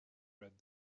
read